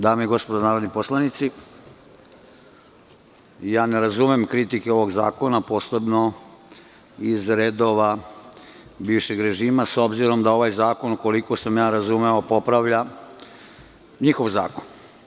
Dame i gospodo narodni poslanici, ne razumem kritike ovog zakona, posebno iz redova bivšeg režima, s obzirom da ovaj zakon, koliko sam razumeo, popravlja njihov zakon.